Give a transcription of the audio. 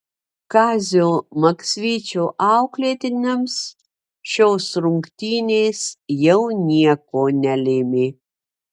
kazio maksvyčio auklėtiniams šios rungtynės jau nieko nelėmė